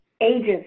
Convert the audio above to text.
agents